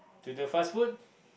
to the fast food